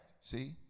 See